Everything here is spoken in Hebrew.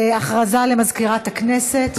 הודעה למזכירת הכנסת.